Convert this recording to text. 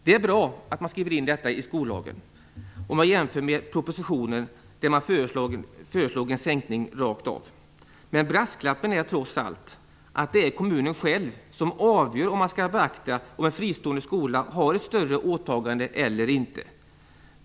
Det är bra att detta skrivs in i skollagen, i varje fall jämfört med förslaget i propositionen, där det föreslogs en sänkning rakt av. Men brasklappen är trots allt att det är kommunen själv som avgör om man skall beakta om en fristående skola har ett större åtagande eller inte.